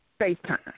FaceTime